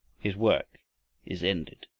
his work is ended.